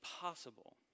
possible